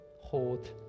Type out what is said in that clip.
hold